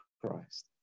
Christ